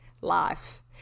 life